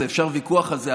אפשר ויכוח על זה.